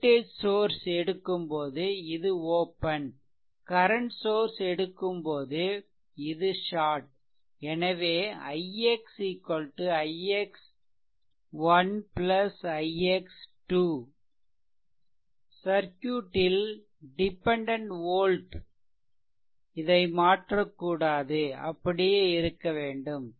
voltage source எடுக்கும்போது இது open current source எடுக்கும்போது இது ஷார்ட் எனவே ix ix ' ix " சர்க்யூட்டில் டிபெண்டென்ட் வோல்ட் ஐ மாற்றக்கூடாது அப்படியே இருக்கவேண்டும்